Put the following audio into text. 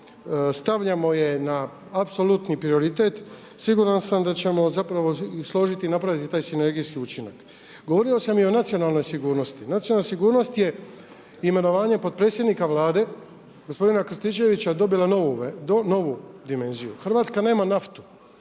stavljamo je na apsolutni prioritet, siguran sam da ćemo složiti i napraviti sinergijski učinak. Govorio sam i o nacionalnoj sigurnosti, nacionalna sigurnost je imenovanjem potpredsjednika Vlade gospodina Krstičevića dobila novu dimenziju. Hrvatska nema naftu